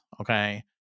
okay